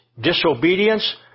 disobedience